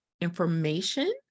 information